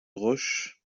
roche